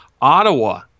ottawa